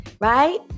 right